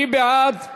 מי בעד?